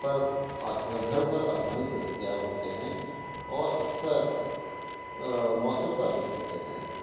پر گھر پر آسانی سے دستیاب ہوتے ہیں اور اکثر مؤثر ثابت ہوتے ہیں